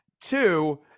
Two